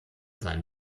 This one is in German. seinen